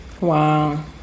Wow